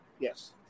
Yes